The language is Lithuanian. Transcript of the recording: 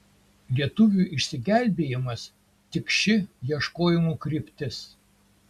lietuvių išsigelbėjimas tik ši ieškojimų kryptis